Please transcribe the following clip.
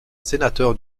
sénateur